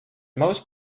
most